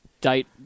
date